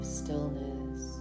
stillness